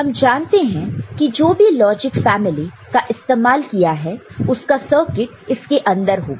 हम जानते हैं कि जो भी लॉजिक फैमिली का इस्तेमाल किया है उसका सर्किट इसके अंदर होगा